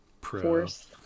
force